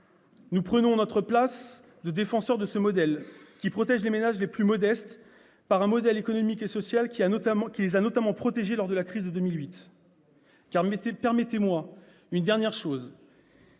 nous prenons notre place de défenseurs de ce modèle qui protège les ménages les plus modestes, grâce à un modèle économique et social qui les a notamment protégés lors de la crise de 2008. Permettez-moi une dernière